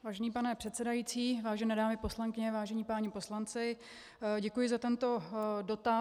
Vážený pane předsedající, vážené dámy poslankyně, vážení páni poslanci, děkuji za tento dotaz.